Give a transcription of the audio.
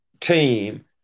team